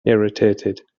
irritated